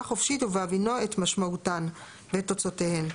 חופשית ובהבינו את משמעותן ואת תוצאותיהן.